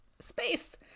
space